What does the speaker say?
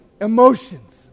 emotions